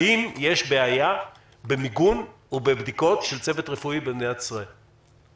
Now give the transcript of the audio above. האם יש בעיה במיגון או בבדיקות של צוות רפואי במדינת ישראל?